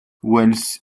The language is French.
wells